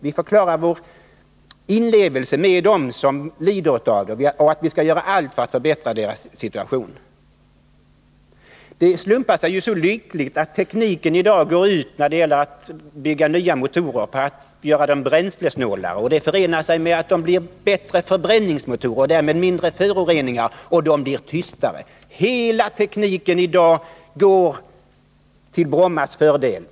Vi förklarar vår inlevelse med dem som lider av miljöproblemen, och vi skall göra allt för att förbättra deras situation. Det slumpar sig så lyckligt att tekniken när det gäller att bygga nya motorer som är bränslesnåla också har den fördelen att det blir bättre förbränning och därmed mindre föroreningar. Och motorerna blir tystare. Hela tekniken är i dag till Brommas fördel.